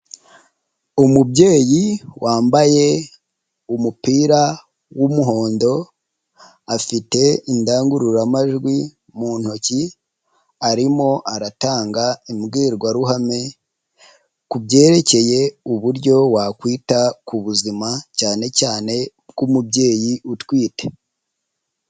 Umubyeyi wambaye umupira w'umuhondo, afite indangururamajwi mu ntoki, arimo aratanga imbwirwaruhame ku byerekeye uburyo wakwita ku buzima cyane cyane ubw'umubyeyi utwite.